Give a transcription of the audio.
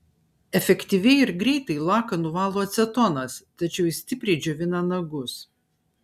efektyviai ir greitai laką nuvalo acetonas tačiau jis stipriai džiovina nagus